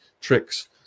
tricks